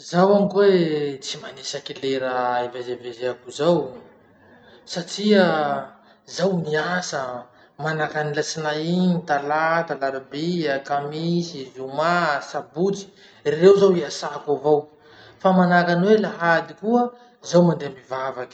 Zaho any koahy tsy manisaky lera ivezivezeako zao, satria zaho miasa, manahaky any latsinainy, talata, larobia, kamisy, zoma, sabotsy, reo zao iasako avao. Fa manahaky any hoe lahady koa, zaho mandeha mivavaky.